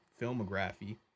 filmography